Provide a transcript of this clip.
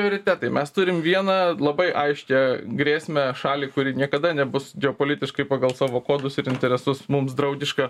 prioritetai mes turim vieną labai aiškią grėsmę šalį kuri niekada nebus geopolitiškai pagal savo kodus ir interesus mums draugiška